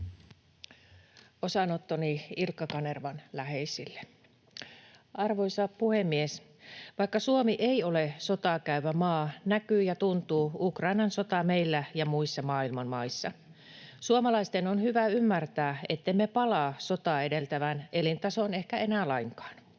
Osanottoni Ilkka Kanervan läheisille. Arvoisa puhemies! Vaikka Suomi ei ole sotaa käyvä maa, näkyy ja tuntuu Ukrainan sota meillä ja muissa maailman maissa. Suomalaisten on hyvä ymmärtää, ettemme palaa sotaa edeltävään elintasoon ehkä enää lainkaan.